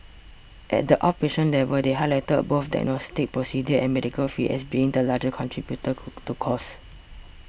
at the outpatient level they highlighted both diagnostic procedures and medical fees as being the largest contributor to costs